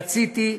רציתי,